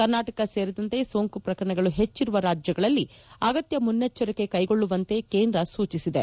ಕರ್ನಾಟಕ ಸೇರಿದಂತೆ ಸೋಂಕು ಪ್ರಕರಣಗಳು ಹೆಚ್ಚಿರುವ ರಾಜ್ಯಗಳಲ್ಲಿ ಆಗತ್ತ ಮುನ್ನೆಚ್ಚರಿಕೆ ಕೈಗೊಳ್ಳುವಂತೆ ಕೇಂದ್ರ ಸೂಚಿಸಿದೆ